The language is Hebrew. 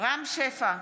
רם שפע,